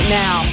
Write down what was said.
now